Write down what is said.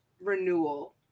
Renewal